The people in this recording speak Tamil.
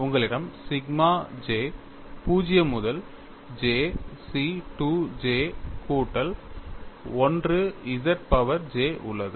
உங்களிடம் சிக்மா j 0 முதல் J C 2 j கூட்டல் 1 z பவர் j உள்ளது